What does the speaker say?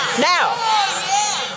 Now